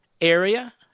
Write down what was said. area